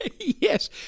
Yes